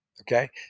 okay